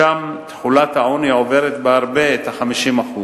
ושם תחולת העוני עוברת בהרבה את ה-50%.